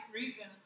reason